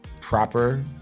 proper